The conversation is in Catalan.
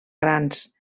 grans